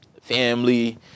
family